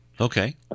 Okay